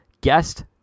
Guest